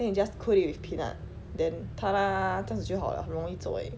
then you just coat it with peanut then tadah 这样子就好了很容易而已